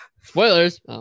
Spoilers